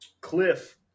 Cliff